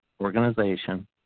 organization